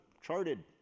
charted